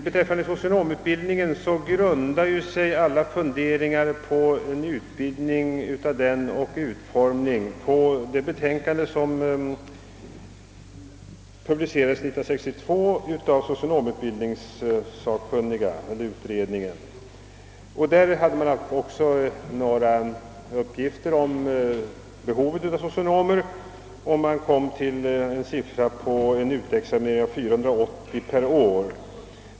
Förslaget om utformningen av socionomutbildningen grundar sig på det betänkande som socionomutbildningssakkunniga avgav år 1962. Denna utredning hade även undersökt behovet av socionomer och kommit fram till att det skulle behöva utexamineras 480 socionomer per år.